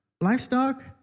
livestock